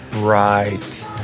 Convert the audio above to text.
Right